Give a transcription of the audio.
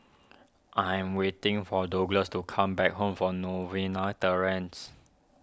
I am waiting for Douglas to come back home from Novena Terrace